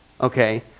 Okay